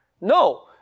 No